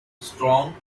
strong